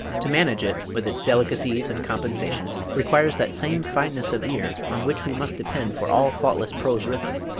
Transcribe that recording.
to manage it, with its delicacies and compensations, requires that same fineness of ear on which we must depend for all faultless prose rhythm.